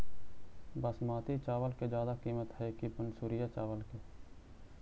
बासमती चावल के ज्यादा किमत है कि मनसुरिया चावल के?